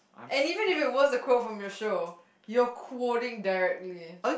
and even if it was a quote from your show he'll quote it directly